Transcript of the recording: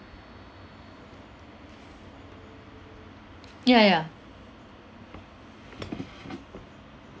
ya ya